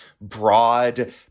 broad